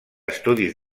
estudis